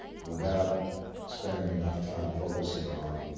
without spending enough time focusing on